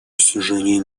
достижения